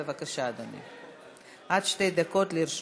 בבקשה, אדוני, עד שתי דקות לרשותך.